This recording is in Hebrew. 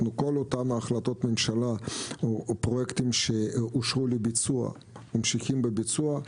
כל אותן החלטות ממשלה או פרויקטים שאושרו לביצוע ממשיכים בביצוע,